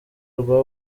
rwa